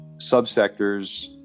subsectors